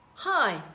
Hi